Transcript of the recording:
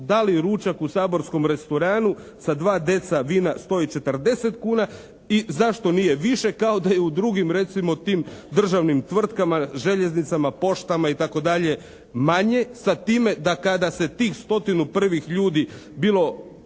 da li ručak u saborskom restoranu sa 2 dcl vina stoji 40 kuna i zašto nije više kao da je u drugim recimo tim državnim tvrtkama, željeznicama, poštama itd. manje sa time da kada se tih stotinu prvih ljudi bilo